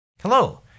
Hello